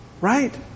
right